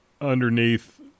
underneath